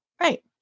Right